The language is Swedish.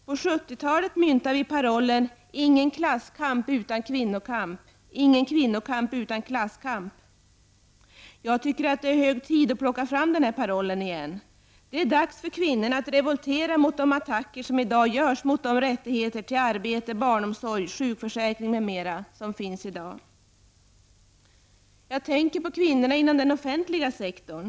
På 70-talet myntade vi parollen: Ingen klasskamp utan kvinnokamp, ingen kvinnokamp utan klasskamp. Jag tycker att det är hög tid att plocka fram den här parollen igen. Det är dags för kvinnorna att revoltera mot de attacker som i dag görs mot de rättigheter till arbete, barnomsorg, sjukförsäkring, m.m. som finns i dag. Jag tänker på kvinnorna inom den offentliga sektorn.